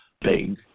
big